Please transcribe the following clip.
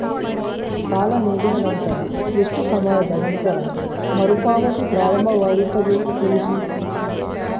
ಸಾಲ ನೀಡಿದ ನಂತರ ಎಷ್ಟು ಸಮಯದ ನಂತರ ಮರುಪಾವತಿ ಪ್ರಾರಂಭವಾಗುತ್ತದೆ ತಿಳಿಸಿ?